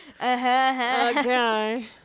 Okay